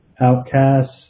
outcasts